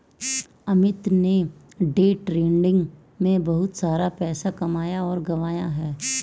अमित ने day trading में बहुत सारा पैसा कमाया और गंवाया है